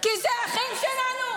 כי אלה האחים שלנו,